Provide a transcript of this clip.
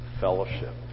fellowship